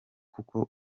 kuko